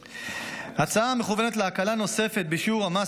ההצעה מכוונת להקלה נוספת בשיעור המס